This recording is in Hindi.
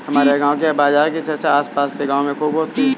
हमारे गांव के बाजार की चर्चा आस पास के गावों में खूब होती हैं